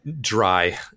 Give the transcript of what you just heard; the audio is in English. dry